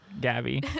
Gabby